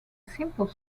simple